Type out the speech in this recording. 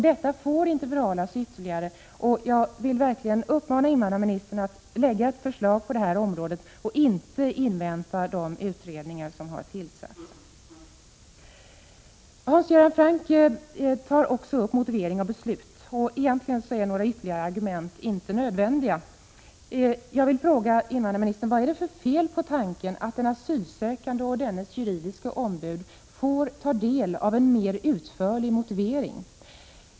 Detta får inte förhalas ytterligare. Jag vill verkligen uppmana invandrarministern att lägga fram ett förslag på det här området och inte invänta resultatet av de utredningar som har tillsatts. Hans Göran Franck har också tagit upp frågan om motivering av beslut. Egentligen är några ytterligare argument inte nödvändiga. Jag vill fråga invandrarministern: Vad är det för fel på tanken att den asylsökande och dennes juridiska ombud får ta del av en mer utförlig motivering?